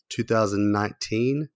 2019